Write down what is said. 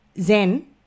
Zen